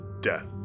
death